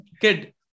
kid